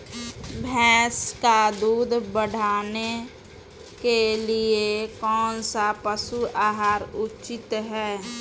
भैंस का दूध बढ़ाने के लिए कौनसा पशु आहार उचित है?